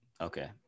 okay